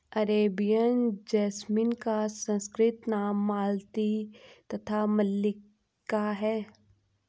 Arabian jasmine का संस्कृत नाम मालती तथा मल्लिका है